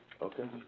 Okay